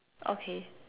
okay